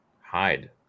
hide